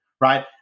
right